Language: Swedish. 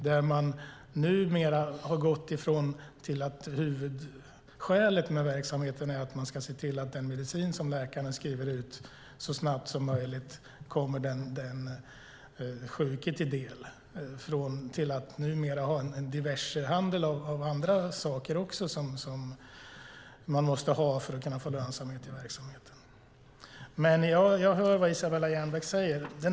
Då har man gått från att huvudskälet med verksamheten är att se till att den medicin som läkarna skriver ut så snabbt som möjligt kommer den sjuke till del, till att numera ha en diversehandel med andra saker som man måste ha för att få lönsamhet i verksamheten. Men jag hör vad Isabella Jernbeck säger.